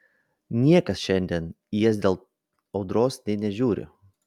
niekas šiandien į jas dėl audros nė nežiūri